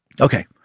Okay